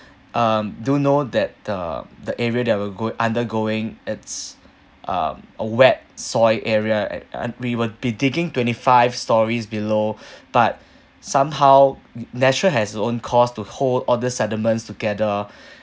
um do know that the the area that will go undergoing it's uh a wet soil area an~ and we will be digging twenty five storeys below but somehow nature has its own course to hold all these sediments together